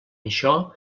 això